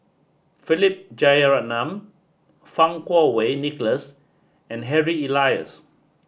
Philip Jeyaretnam Fang Kuo Wei Nicholas and Harry Elias